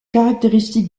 caractéristiques